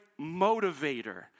motivator